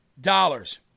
dollars